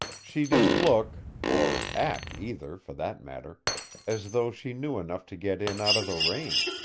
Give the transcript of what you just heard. she didn't look or act either, for that matter as though she knew enough to get in out of the rain.